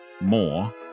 more